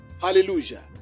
Hallelujah